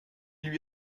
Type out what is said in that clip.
lui